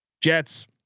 Jets